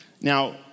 Now